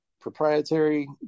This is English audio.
proprietary